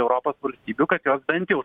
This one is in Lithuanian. europos valstybių kad jos bent jau